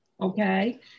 okay